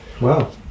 Wow